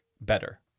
better